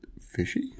Fishy